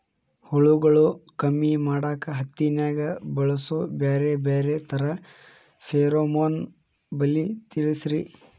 ಹುಳುಗಳು ಕಮ್ಮಿ ಮಾಡಾಕ ಹತ್ತಿನ್ಯಾಗ ಬಳಸು ಬ್ಯಾರೆ ಬ್ಯಾರೆ ತರಾ ಫೆರೋಮೋನ್ ಬಲಿ ತಿಳಸ್ರಿ